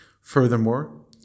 Furthermore